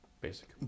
basic